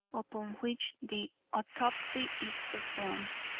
upon which the autopsy is performed.